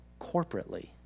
corporately